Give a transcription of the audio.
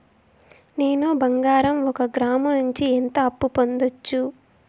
నేను బంగారం ఒక గ్రాము నుంచి ఎంత అప్పు పొందొచ్చు